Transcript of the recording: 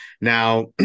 Now